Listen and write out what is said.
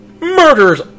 murders